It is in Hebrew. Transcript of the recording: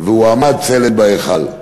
והועמד צלם בהיכל.